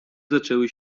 zaczęły